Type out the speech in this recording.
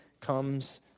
comes